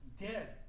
Dead